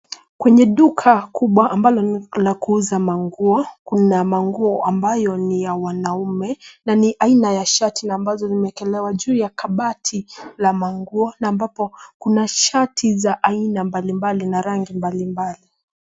Kwenye duka kubwa ambalo ni la kuuza manguo, kuna manguo ambayo ni ya wanaume, na ni aina ya shati ambazo zimewekelewa juu ya kabati la manguo na ambapo kuna shati za aina mbalimbali na rangi mbalimbali.